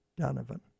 Donovan